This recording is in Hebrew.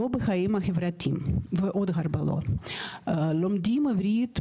לא בחיים החברתיים, לומדים עברית בעצמנו,